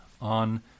on